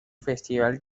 festival